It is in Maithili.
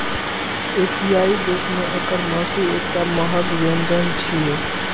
एशियाई देश मे एकर मासु एकटा महग व्यंजन छियै